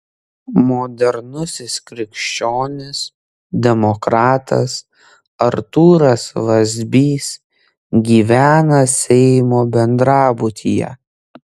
modernusis krikščionis demokratas artūras vazbys gyvena seimo bendrabutyje